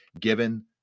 given